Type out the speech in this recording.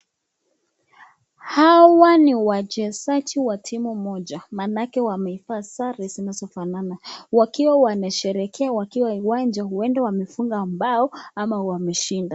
Hawani wachezaji wa timu moja maanake wamevaa sare zinazofanana, wakiwa wamesherehekea wakiwa kwa uwanja. Huenda wamefunga bao ama wameshinda.